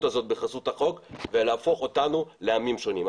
הזאת בחסות החוק ולהפוך אותנו לעמים שונים.